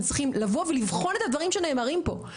צריכים לבוא ולבחון את הדברים שנאמרים פה,